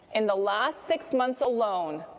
in the last six months alone,